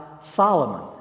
Solomon